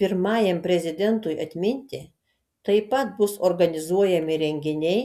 pirmajam prezidentui atminti taip pat bus organizuojami renginiai